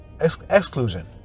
exclusion